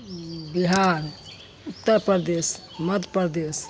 Bihar Uttar Pradesh Madhya Pradesh